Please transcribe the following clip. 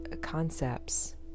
concepts